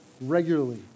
regularly